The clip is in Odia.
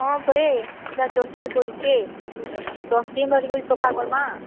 ହଁ ପରେ ଯାହା ଚର୍ ଚାର୍ କରୁଛେ ଦଶ୍ ଦିନ୍ ଧରିକରି ସଫା କରବା